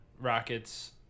Rockets